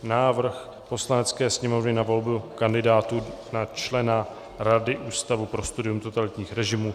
Návrh Poslanecké sněmovny na volbu kandidátů na členy Rady Ústavu pro studium totalitních režimů